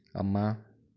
ꯑꯃ